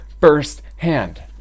firsthand